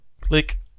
Click